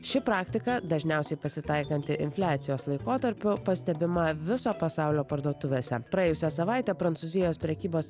ši praktika dažniausiai pasitaikanti infliacijos laikotarpiu pastebima viso pasaulio parduotuvėse praėjusią savaitę prancūzijos prekybos